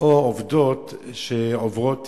או עובדות שעוברות